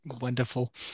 Wonderful